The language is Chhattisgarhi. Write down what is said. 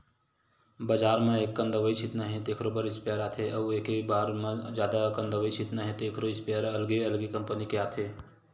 बजार म एककन दवई छितना हे तेखरो बर स्पेयर आथे अउ एके बार म जादा अकन दवई छितना हे तेखरो इस्पेयर अलगे अलगे कंपनी के आथे